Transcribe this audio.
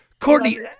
Courtney